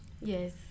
Yes